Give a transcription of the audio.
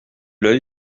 l’œil